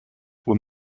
were